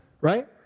Right